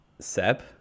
seb